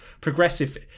progressive